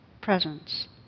presence